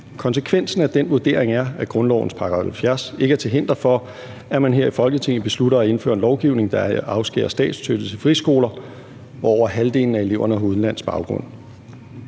Konsekvensen af den vurdering er, at grundlovens § 70 ikke er til hinder for, at man her i Folketinget beslutter at indføre en lovgivning, der afskærer statsstøtte til friskoler, hvor over halvdelen af eleverne har udenlandsk baggrund.